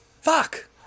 Fuck